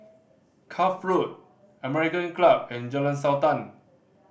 Cuff Road American Club and Jalan Sultan